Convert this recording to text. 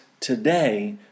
today